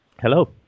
Hello